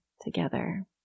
together